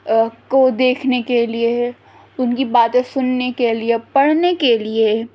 کو دیکھنے کے لیے ان کی باتیں سننے کے لیے پڑھنے کے لیے